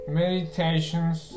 meditations